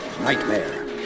Nightmare